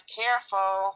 careful